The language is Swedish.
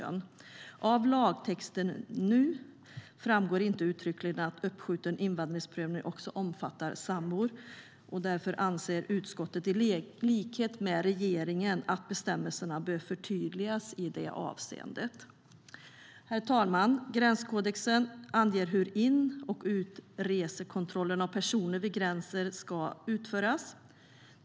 Av den nuvarande lagtexten framgår inte uttryckligen att uppskjuten invandringsprövning också omfattar sambor. Därför anser utskottet i likhet med regeringen att bestämmelserna bör förtydligas i det avseendet. Herr talman! Gränskodexen anger hur inrese och utresekontrollen av personer ska utföras vid gränser.